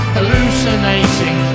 Hallucinating